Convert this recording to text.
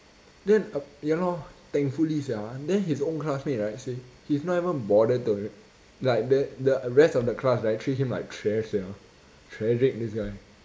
then ya lor thankfully sia then his own classmates right suay he's not even bother to like the the rest of the class right treat him like trash sia tragic this guy